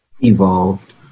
Evolved